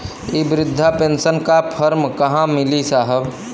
इ बृधा पेनसन का फर्म कहाँ मिली साहब?